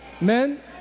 men